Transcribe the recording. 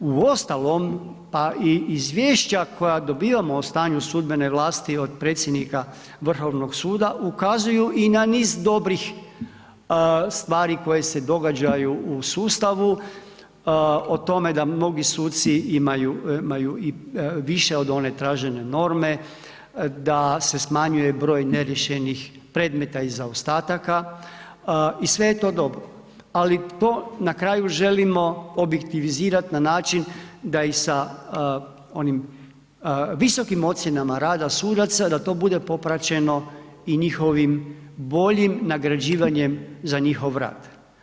Uostalom, pa i izvješća koja dobivamo o stanju sudbene vlasti od predsjednika Vrhovnog suda, ukazuju i na niz dobrih stvari koje se događaju u sustavu, o tome da mnogi suci imaju i više od one tražene norme, da se smanjuje broj neriješenih predmeta i zaostataka i sve je to dobro ali to na kraju želimo objektivizirati na način da ih sa onim visokim ocjenama rada sudaca, da to bude popraćeno i njihovim boljim nagrađivanjem za njihov rad.